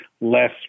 less